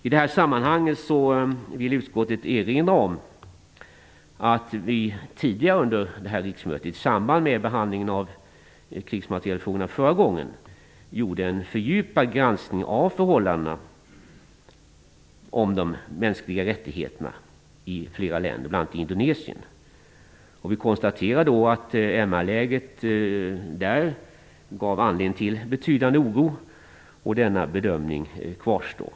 I detta sammanhang vill utskottet erinra om att vi tidigare under detta riksmöte, i samband med behandlingen av krigsmaterielfrågorna förra gången, gjorde en fördjupad granskning av förhållandena om de mänskliga rättigheterna i flera länder, bl.a. Indonesien. Vi konstaterade då att MR-läget där gav anledning till betydande oro. Denna bedömning kvarstår.